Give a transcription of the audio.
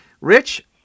Rich